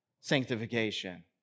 sanctification